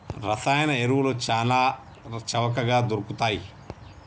రసాయన ఎరువులు చాల చవకగ దొరుకుతయ్